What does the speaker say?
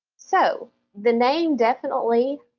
so the name definitely